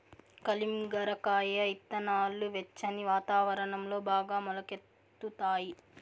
కలింగర కాయ ఇత్తనాలు వెచ్చని వాతావరణంలో బాగా మొలకెత్తుతాయి